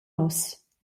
nus